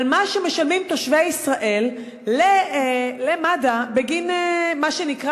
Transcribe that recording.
על מה שמשלמים תושבי ישראל למד"א בגין מה שנקרא,